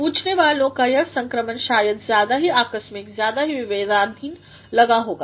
पूछने वाले को यह संक्रमण शायद ज्यादा ही आकस्मिक ज्यादा हीविवेकाधीन लगा होगा